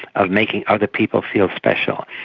of making other people feel special.